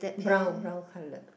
brown brown colour